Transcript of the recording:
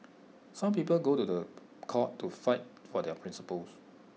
some people go to court to fight for their principles